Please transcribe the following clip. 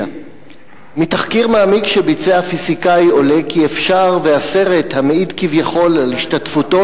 מתחקיר מעמיק שביצע פיזיקאי עולה כי אפשר שהסרט המעיד כביכול על השתתפותו